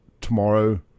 tomorrow